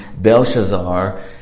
Belshazzar